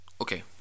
Okay